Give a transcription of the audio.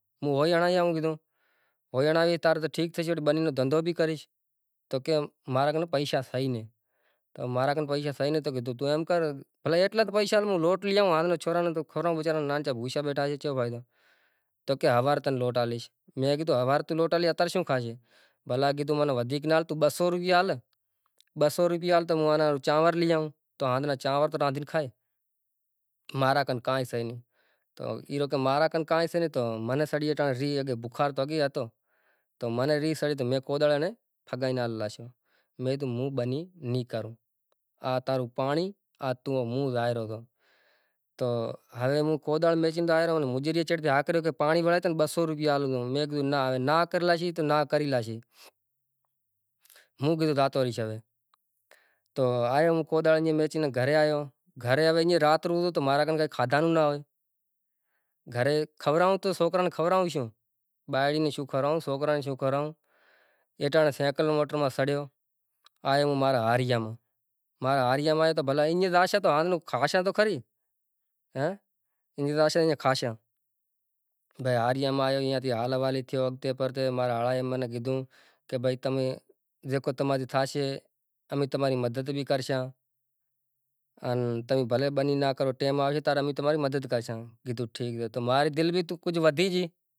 مطلب ای اگر جا تیڑے آیا ایم کرتا کرتا اسکول روں ناہو گرائونڈ ای ای ماں قومی ترانو کلما وگیرا ای بھنڑاوتا امیں بیزاں سوراں نیں تاں رے وری بھنڑاوتا، نانکیا نانکیا سورا آوتا ڈیلی را، سائیں رجب تھئے گیو مطلب کہتو کہ تمیں نانیاں سوراں نیں مطلب پنجوں پاس کریو وری داخلا لیدہی داخلا لیدہی تو مطلب داخلا زڑتی نتھی ٹیم اوور تھئی گیو ہتو مطلب لیٹ تھئی گئی ہتی بس مطلب زم تم کرے داخلا لیدہی داخلا لیدہی تو وڑے ایم سائیں ہتو نواز ای بھنڑاوتو امیں وڑے اتوار رو ڈینہں شوٹیاں رو ہتو، امیں ویٹ کری بیٹھا ہوتا کہ اتوار رو ڈینہں آوے تو کوئی فوٹ بال تھیو ای رماں